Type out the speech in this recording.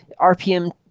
RPM